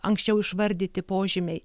anksčiau išvardyti požymiai